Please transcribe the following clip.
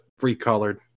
recolored